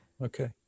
okay